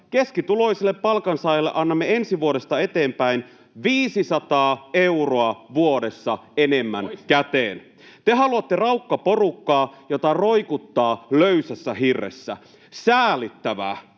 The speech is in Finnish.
keskituloisille palkansaajille annamme ensi vuodesta eteenpäin 500 euroa vuodessa enemmän käteen. Te haluatte raukkaporukkaa, jota roikuttaa löysässä hirressä. Säälittävää.